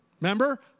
Remember